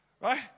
Right